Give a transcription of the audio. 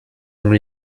ont